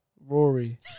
Rory